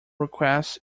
request